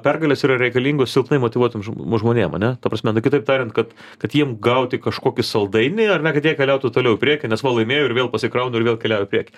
pergalės yra reikalingos silpnai motyvuotiem ž žmonėm ane ta prasme nu kitaip tariant kad kad jiem gauti kažkokį saldainį ar ne kad jie keliautų toliau į priekį nes va laimėjau ir vėl pasikraunu ir vėl keliauju į priekį